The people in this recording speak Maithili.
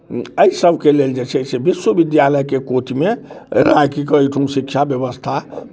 एहि सभके लेल जे छै से विश्वविद्यालयके कोटिमे राखि कऽ एहिठुम शिक्षा व्यवस्था